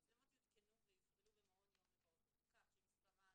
המצלמות יותקנו ויופעלו במעון יום לפעוטות כך שמספרן,